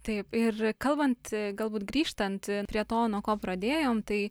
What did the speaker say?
taip ir kalbant galbūt grįžtant prie to nuo ko pradėjom tai